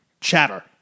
chatter